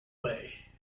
way